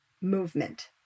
movement